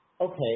Okay